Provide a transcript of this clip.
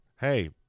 Hey